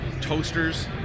toasters